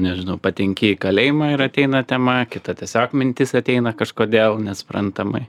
nežinau patenki į kalėjimą ir ateina temą kita tiesiog mintis ateina kažkodėl nesuprantamai